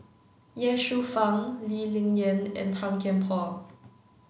Ye Shufang Lee Ling Yen and Tan Kian Por